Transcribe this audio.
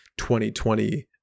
2020